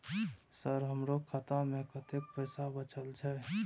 Sir हमरो खाता में कतेक पैसा बचल छे?